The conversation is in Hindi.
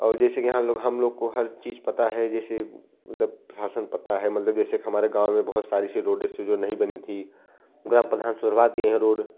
और जैसे कि हम लोग हम लोग को हर चीज़ पता है जैसे मतलब जहाँ से भी पता है मतलब जैसे कि हमारा गाँव में बहुत सारी सी रोडे सो जो नहीं बनी थी उन्हें अब प्रधान सेरवा दिए हैं रोड